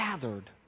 gathered